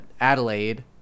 Adelaide